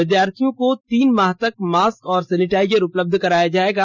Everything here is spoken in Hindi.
विद्यार्थियों को तीन माह तक मास्क और सैनिटाइजर उपलब्ध कराया जाएगा